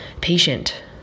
patient